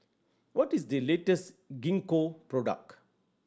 what is the Gingko product